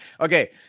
Okay